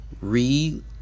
read